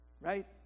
right